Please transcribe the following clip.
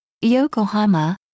Yokohama